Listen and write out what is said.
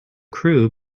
crew